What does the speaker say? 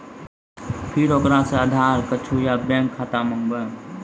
फिर ओकरा से आधार कद्दू या बैंक खाता माँगबै?